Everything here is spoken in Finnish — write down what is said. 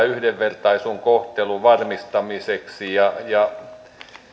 yhdenvertaisen kohtelun varmistamiseksi